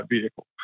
vehicle